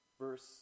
Verse